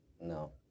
No